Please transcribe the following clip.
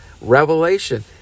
revelation